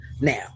now